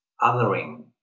othering